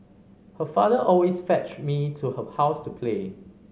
her father always fetched me to her house to play